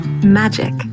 Magic